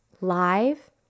live